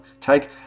take